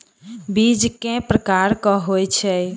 बीज केँ प्रकार कऽ होइ छै?